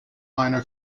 minor